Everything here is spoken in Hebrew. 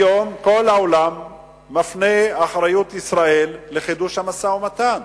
היום כל העולם מפנה אחריות ישראל לחידוש המשא-ומתן,